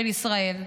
של ישראל.